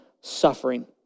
suffering